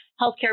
healthcare